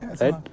Right